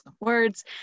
words